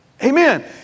Amen